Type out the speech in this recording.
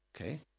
Okay